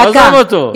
עזוב אותו.